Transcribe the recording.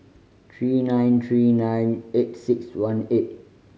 three nine three nine eight six one eight